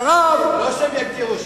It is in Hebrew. לא שיגדירו.